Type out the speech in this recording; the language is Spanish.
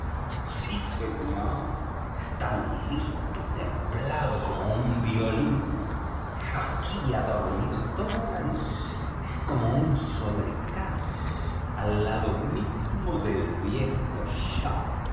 sí señor tan listo y templado como un violín aquí ha dormido toda la noche como un sobrecargo al lado mismo del viejo